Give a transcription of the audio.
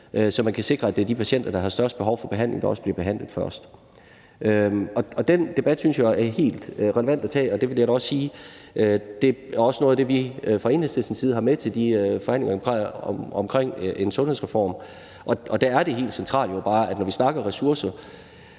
så det kan sikres, at det er de patienter, der har størst behov for behandling, der bliver behandlet først. Den debat synes jeg er helt relevant at tage, og det er da også noget af det, som vi fra Enhedslistens side har med til forhandlingerne om en sundhedsreform. Og når vi snakker om ressourcer,